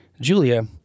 Julia